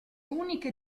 uniche